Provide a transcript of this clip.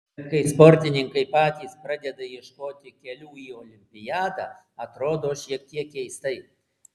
bet kai sportininkai patys pradeda ieškoti kelių į olimpiadą atrodo šiek tiek keistai